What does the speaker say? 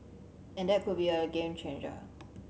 and that could be a game changer